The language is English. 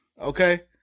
Okay